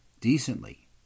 decently